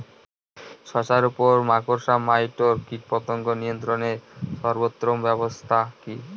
শশার উপর মাকড়সা মাইট কীটপতঙ্গ নিয়ন্ত্রণের সর্বোত্তম ব্যবস্থা কি?